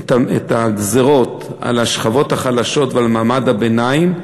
את הגזירות על השכבות החלשות ועל מעמד הביניים,